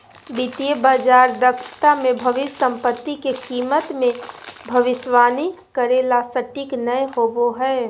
वित्तीय बाजार दक्षता मे भविष्य सम्पत्ति के कीमत मे भविष्यवाणी करे ला सटीक नय होवो हय